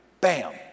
Bam